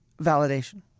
validation